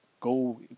go